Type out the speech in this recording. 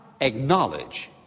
acknowledge